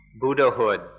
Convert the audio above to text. Buddhahood